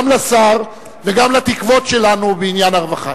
גם לשר וגם לתקוות שלנו בעניין הרווחה.